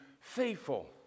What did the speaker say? faithful